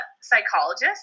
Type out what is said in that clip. psychologist